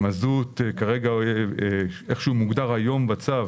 המזוט כרגע, איך שהוא מוגדר היום בצו,